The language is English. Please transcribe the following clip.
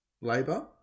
labour